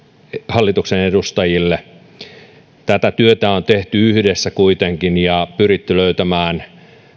hallituksen edustajille työtä on tehty kuitenkin yhdessä ja on pyritty löytämään